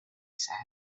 said